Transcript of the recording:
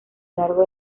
largo